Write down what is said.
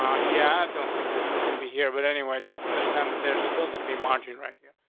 um yeah. i don't think this is gonna be here, but anywhere. just understand that there's still gonna be margin right here,